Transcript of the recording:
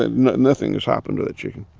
and nothing has happened to that chicken.